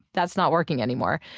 that's not working anymore.